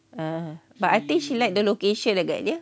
uh but I think she like the location agaknya